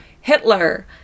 Hitler